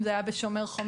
אם זה היה בשומר חומות,